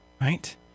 right